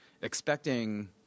expecting